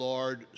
Lord